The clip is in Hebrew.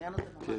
בעניין הזה.